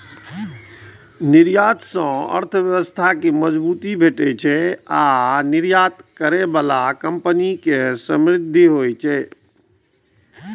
निर्यात सं अर्थव्यवस्था कें मजबूती भेटै छै आ निर्यात करै बला कंपनी समृद्ध होइ छै